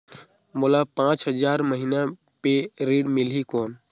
मोला पांच हजार महीना पे ऋण मिलही कौन?